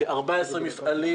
כ-14 מפעלים